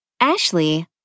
Ashley